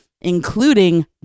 including